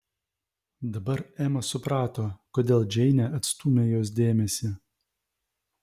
dabar ema suprato kodėl džeinė atstūmė jos dėmesį